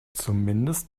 zumindest